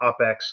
OpEx